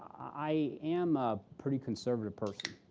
i am a pretty conservative person